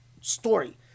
story